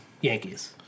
Yankees